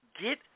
get